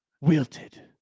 wilted